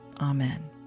Amen